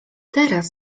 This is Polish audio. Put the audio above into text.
teraz